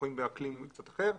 אנחנו חיים באקלים קצת אחר.